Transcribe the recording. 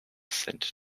sent